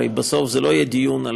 הרי בסוף זה לא יהיה דיון על